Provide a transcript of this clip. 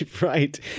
right